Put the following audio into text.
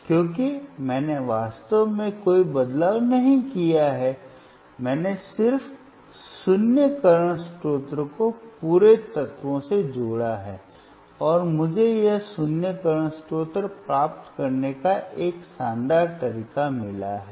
क्योंकि मैंने वास्तव में कोई बदलाव नहीं किया है मैंने सिर्फ शून्य वर्तमान स्रोत को पूरे तत्व से जोड़ा है और मुझे यह शून्य करंट स्रोत प्राप्त करने का एक शानदार तरीका मिला है